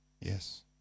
Yes